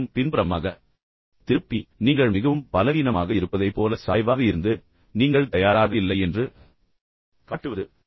முற்றிலும் பின்புறமாக திருப்பி நீங்கள் மிகவும் பலவீனமாக இருப்பதைப் போல சாய்வாக இருந்து பின்னர் நீங்கள் தயாராக இல்லை என்று காட்டுவது